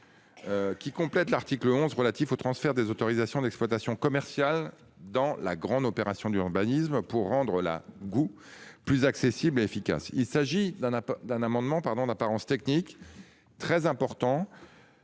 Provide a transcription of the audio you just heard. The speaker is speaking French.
Qui complète l'article 11 relatifs au transfert des autorisations d'exploitation commerciale dans la grande opération d'urbanisme pour rendre la goût plus accessible et efficace. Il s'agit d'un appel d'un amendement pardon d'apparence technique très important.